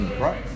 right